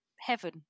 heaven